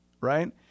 right